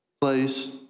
place